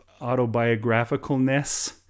autobiographicalness